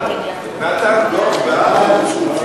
ההצעה להעביר את